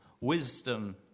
wisdom